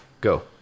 Go